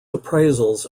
appraisals